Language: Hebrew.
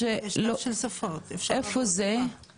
האזור האישי מצד שמאל,